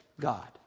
God